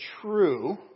true